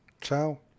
Ciao